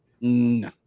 No